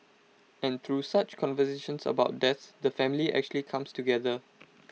and through such conversations about death the family actually comes together